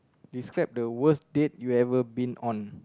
describe the worst date you ever been on